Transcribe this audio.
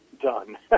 done